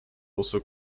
also